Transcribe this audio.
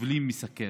שסובלים מסוכרת.